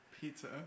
pizza